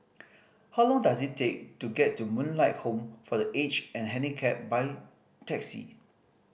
how long does it take to get to Moonlight Home for The Aged and Handicapped by taxi